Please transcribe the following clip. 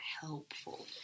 helpful